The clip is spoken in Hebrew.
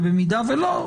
אם לא,